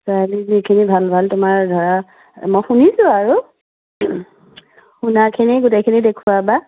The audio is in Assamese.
চাৰিআলিৰ যিখিনি ভাল ভাল তোমাৰ ধৰা মই শুনিছোঁ আৰু শুনাখিনি গোটেইখিনি দেখুৱাবা